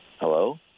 Hello